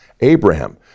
Abraham